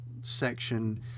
section